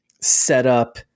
setup